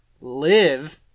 live